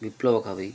విప్లవకవి